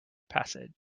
passage